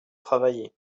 travailler